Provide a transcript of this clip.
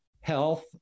health